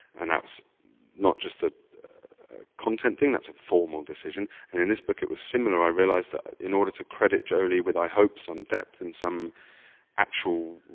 and that's not just a content thing. that's a formal decision, and in this book it was similar. i realized that in order to credit jolie, with i hope some depth and some actual